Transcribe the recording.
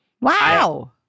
Wow